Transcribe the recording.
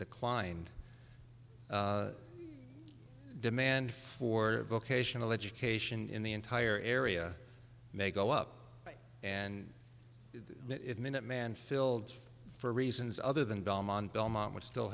declined demand for vocational education in the entire area may go up and the minuteman filled for reasons other than belmont belmont would still